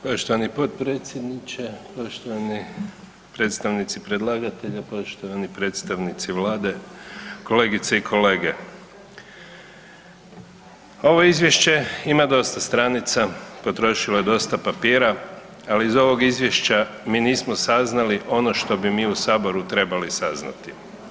Poštovani potpredsjedniče, poštovani predstavnici predlagatelja, poštovani predstavnici Vlade, kolegice i kolege, ovo izvješće ima dosta stranica, potrošilo je dosta papira ali iz ovog izvješća mi nismo saznali ono što bi mi u saboru trebali saznati.